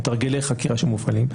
בתרגילי חקירה שמופעלים,